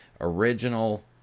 original